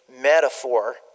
metaphor